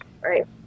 Right